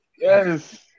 Yes